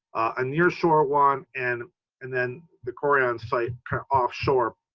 a nearshore one and and then the coreyon site off shore.